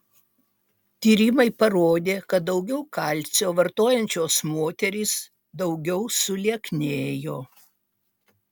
tyrimai parodė kad daugiau kalcio vartojančios moterys daugiau sulieknėjo